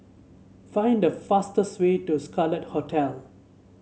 find the fastest way to Scarlet Hotel